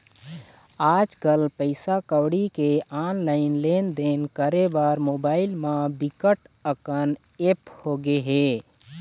आजकल पइसा कउड़ी के ऑनलाईन लेनदेन करे बर मोबाईल म बिकट अकन ऐप होगे हे